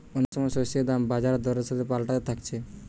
অনেক সময় শস্যের দাম বাজার দরের সাথে পাল্টাতে থাকছে